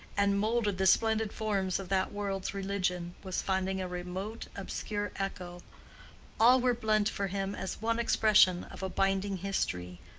and moulded the splendid forms of that world's religion, was finding a remote, obscure echo all were blent for him as one expression of a binding history,